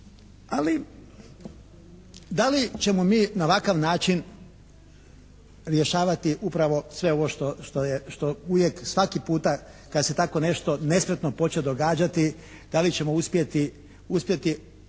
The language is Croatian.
Ali da li ćemo mi na ovakav način rješavati upravo sve ovo što je, što svaki puta kad se tako nešto nespretno počne događati, da li ćemo uspjeti